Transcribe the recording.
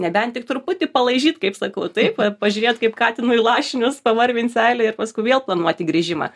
nebent tik truputį palaižyt kaip sakau taip pažiūrėt kaip katinui lašinius pavarvint seilę ir paskui vėl planuoti grįžimą